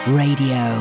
radio